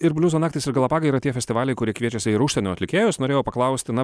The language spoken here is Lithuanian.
ir bliuzo naktys ir galapagai yra tie festivaliai kurie kviečiasi ir užsienio atlikėjus norėjau paklausti na